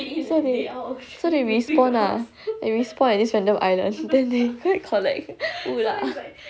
!wah! so they they re-spawn ah they re-spawn at this random island then they go and collect food ah